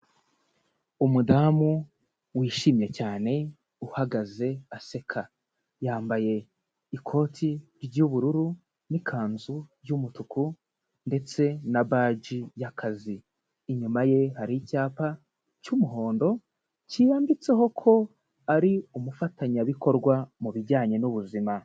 Umudamu wishimye cyane uhagaze aseka, yambaye ikoti ry'ubururu n'ikanzu y'umutuku ndetse na baji y'akazi, inyuma ye hari icyapa cy'umuhondo cyanditseho ko ari umufatanyabikorwa mu bijyanye n'ubuzima.